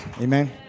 Amen